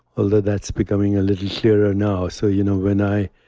although that's becoming a little clearer now. so you know when i,